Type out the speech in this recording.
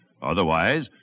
Otherwise